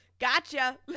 Gotcha